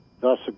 thus